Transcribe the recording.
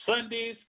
Sundays